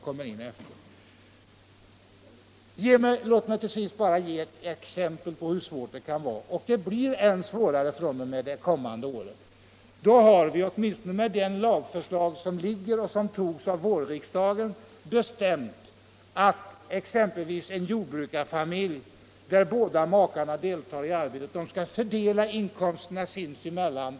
Det blir än svårare fr.o.m. det kommande året, eftersom vi då med det flagförslag som antogs av riksdagen i våras medgivit att exempelvis en jordbrukarfamilj där båda makarna deltar i arbetet dessa skall kunna fördela inkomsterna sinsemellan.